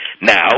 Now